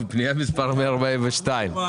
שנית, זה לא עניין שהבטיחו לרע"ם.